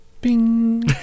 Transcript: bing